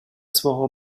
свого